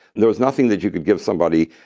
there was nothing that you could give somebody.